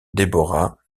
deborah